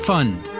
Fund 。